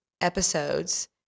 episodes